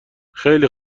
خیلی